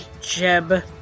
Jeb